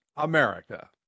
America